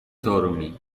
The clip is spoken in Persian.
طارمی